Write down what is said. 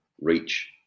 reach